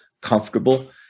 comfortable